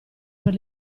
per